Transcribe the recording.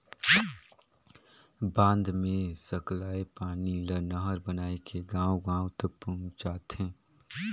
बांध मे सकलाए पानी ल नहर बनाए के गांव गांव तक पहुंचाथें